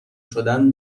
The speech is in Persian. شدن